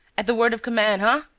at the word of command, ah?